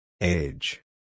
Age